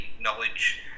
knowledge